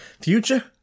future